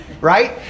Right